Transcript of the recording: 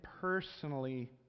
personally